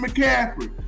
McCaffrey